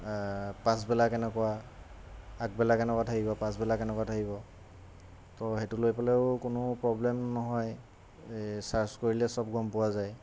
পাছবেলা কেনেকুৱা আগবেলা কেনেকুৱা থাকিব পাছবেলা কেনেকুৱা থাকিব তো সেইটো লৈ পেলাইও কোনো প্ৰব্লেম নহয় এই চাৰ্জ কৰিলেই চব গম পোৱা যায়